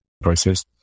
process